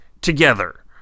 together